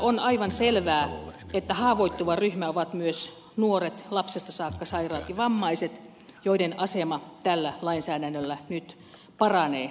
on aivan selvää että haavoittuva ryhmä ovat myös nuoret lapsesta saakka sairaat ja vammaiset joiden asema tällä lainsäädännöllä nyt paranee nykyisestä